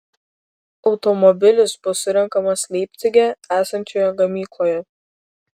automobilis bus surenkamas leipcige esančioje gamykloje